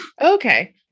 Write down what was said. Okay